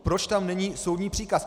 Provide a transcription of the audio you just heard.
Proč tam není soudní příkaz?